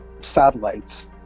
satellites